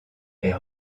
est